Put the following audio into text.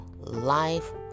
life